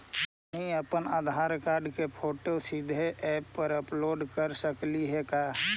हमनी अप्पन आधार कार्ड के फोटो सीधे ऐप में अपलोड कर सकली हे का?